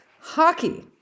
hockey